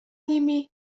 nimi